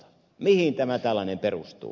mihin tämä tällainen perustuu